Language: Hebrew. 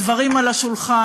הדברים על השולחן,